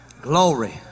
Glory